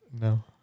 No